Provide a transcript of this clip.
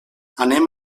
anem